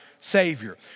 Savior